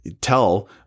Tell